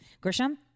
Grisham